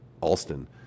Alston